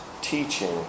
teaching